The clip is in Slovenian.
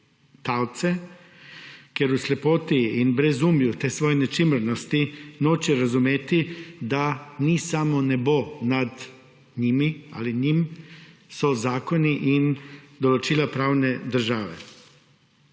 talce, ker v slepoti in brezumju te svoje nečimrnosti noče razumeti, da ni samo nebo nad njimi ali njim, so zakoni in določila pravne države.